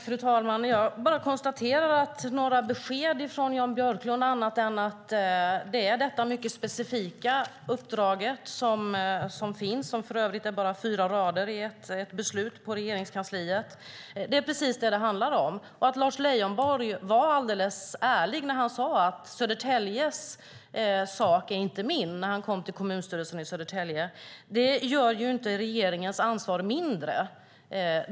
Fru talman! Jag bara konstaterar att det inte finns några besked från Jan Björklund annat än att det är detta mycket specifika uppdrag som finns. Det är för övrigt bara fyra rader i ett beslut på Regeringskansliet. Det är precis vad det handlar om. När Lars Leijonborg kom till kommunstyrelsen i Södertälje var han alldeles ärlig när han sade: Södertäljes sak är inte min. Det gör dock inte regeringens ansvar mindre.